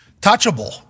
touchable